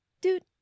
dude